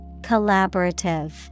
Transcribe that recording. Collaborative